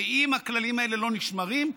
ואם הכללים האלה לא נשמרים,